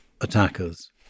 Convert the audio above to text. attackers